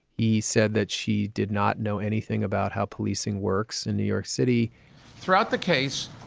he said that she did not know anything about how policing works in new york city throughout the case,